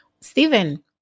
Stephen